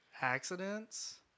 accidents